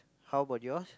how about yours